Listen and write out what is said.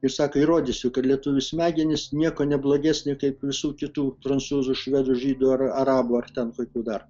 ir sako įrodysiu kad lietuvių smegenys nieko neblogesni kaip visų kitų prancūzų švedų žydų ar arabų ar ten kokių dar